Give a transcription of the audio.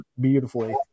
beautifully